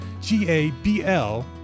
G-A-B-L